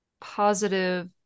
positive